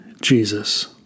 jesus